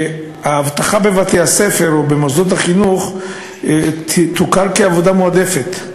שהאבטחה בבתי-הספר ובמוסדות החינוך תוכר כעבודה מועדפת.